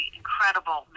incredible